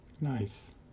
Nice